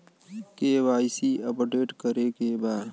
KYC update करे के बा?